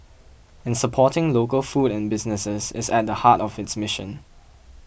and supporting local food and businesses is at the heart of its mission